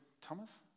Thomas